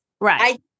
Right